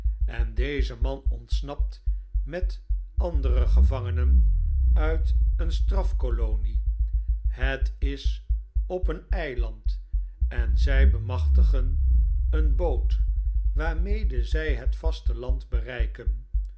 en deze man ontsnapt met andere gevangenen uit een strafkolonie het is op een eiland en zg bemachtigen een boot waarmede zg het vasteland bereiken